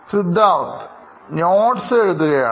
Siddharth notes എഴുതുകയാണ്